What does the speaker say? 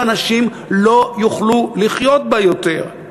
שאנשים לא יוכלו לחיות בה יותר.